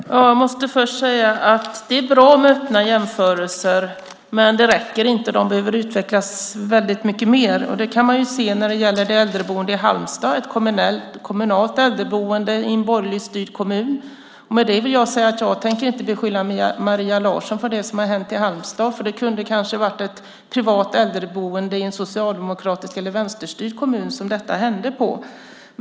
Fru talman! Jag måste först säga att det är bra med öppna jämförelser. Men det räcker inte. De behöver utvecklas väldigt mycket mer. Det kan man se när det gäller ett äldreboende i Halmstad, ett kommunalt äldreboende i en borgerligt styrd kommun. Jag tänker inte beskylla Maria Larsson för det som har hänt i Halmstad, för det kunde kanske ha hänt i ett privat äldreboende i en socialdemokratisk eller vänsterstyrd kommun.